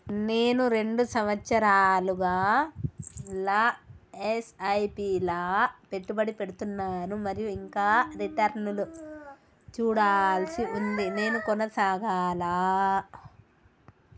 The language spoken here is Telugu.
నేను రెండు సంవత్సరాలుగా ల ఎస్.ఐ.పి లా పెట్టుబడి పెడుతున్నాను మరియు ఇంకా రిటర్న్ లు చూడాల్సి ఉంది నేను కొనసాగాలా?